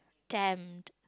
temp